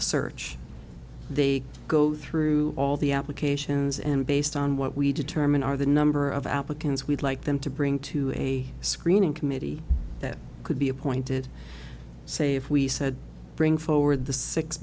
search they go through all the applications and based on what we determine are the number of applicants we'd like them to bring to a screening committee that could be appointed say if we said bring forward the six